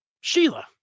Sheila